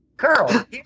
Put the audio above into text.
Girl